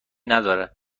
ندارد